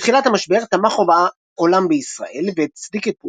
בתחילת המשבר תמך רוב העולם בישראל והצדיק את פעולותיה,